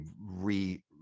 re